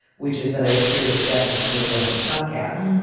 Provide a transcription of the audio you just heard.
which is that i appeared as a guest on somebody else's podcast.